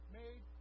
made